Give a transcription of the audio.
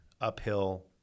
uphill